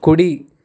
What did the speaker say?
కుడి